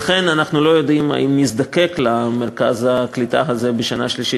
לכן אנחנו לא יודעים אם נזדקק למרכז הקליטה הזה בשנה השלישית.